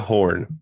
Horn